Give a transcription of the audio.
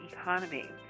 economy